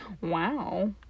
Wow